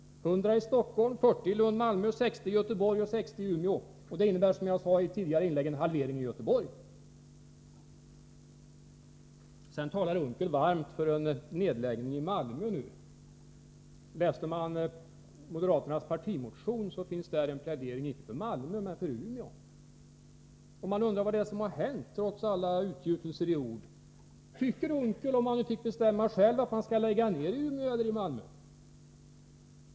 100 platser skall alltså bort i Stockholm, 40 i Malmö-Lund, 60 i Göteborg och 60 i Umeå. När det gäller utbildningen i Göteborg innebär förslaget, som jag tidigare sagt, en halvering av antalet platser. Plötsligt talar Per Unckel varmt för en nedläggning av utbildningen i Malmö. I moderaternas partimotion nämns i detta sammanhang Umeå, inte Malmö. Man undrar vad som hänt, särskilt med tanke på alla utgjutelser som förekommit. Om Per Unckel fick bestämma, var skulle han då vilja att nedläggningen skedde — i Umeå eller i Malmö?